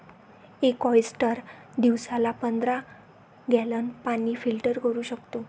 एक ऑयस्टर दिवसाला पंधरा गॅलन पाणी फिल्टर करू शकतो